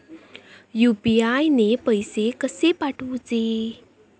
UPI ने पैशे कशे पाठवूचे?